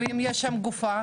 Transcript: ואם יש שם גופה?